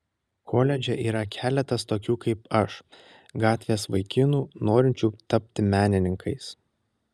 koledže yra keletas tokių kaip aš gatvės vaikinų norinčių tapti menininkais